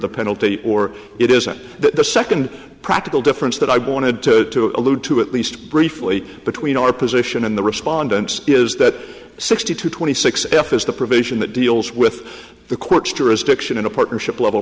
the penalty or it isn't that the second practical difference that i wanted to allude to at least briefly between our position and the respondents is that sixty two twenty six f is the provision that deals with the court's jurisdiction in a partnership level